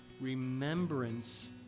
remembrance